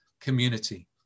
community